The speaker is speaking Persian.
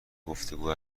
گفتگو